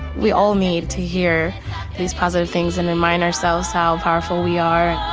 we all need to hear these positive things and remind ourselves how powerful we are